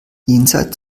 jenseits